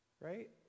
Right